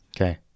Okay